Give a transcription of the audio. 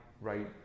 right